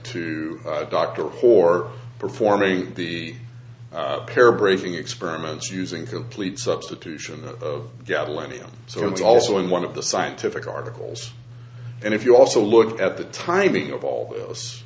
to a doctor for performing the care breaking experiments using complete substitution of gadolinium so it's also in one of the scientific articles and if you also look at the timing of all this